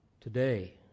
today